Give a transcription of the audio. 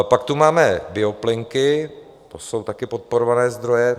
Pak tu máme bioplynky, to jsou také podporované zdroje.